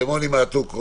מוני מעתוק,